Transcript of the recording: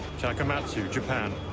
takamatsu, japan